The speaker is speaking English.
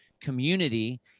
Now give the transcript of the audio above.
community